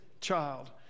child